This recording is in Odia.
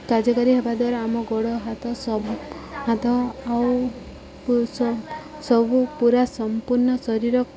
କାର୍ଯ୍ୟକାରୀ ହେବା ଦ୍ୱାରା ଆମ ଗୋଡ଼ ହାତ ସବୁ ହାତ ଆଉ ସବୁ ପୁରା ସମ୍ପୂର୍ଣ୍ଣ ଶରୀର